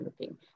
looking